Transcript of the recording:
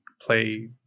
play